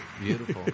Beautiful